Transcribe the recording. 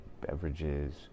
beverages